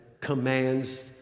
commands